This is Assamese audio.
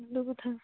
সেইটো কথা